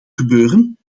gebeuren